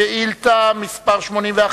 לשאילתא מס' 81: